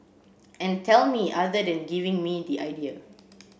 and tell me other than giving me the idea